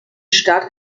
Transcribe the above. start